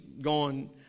gone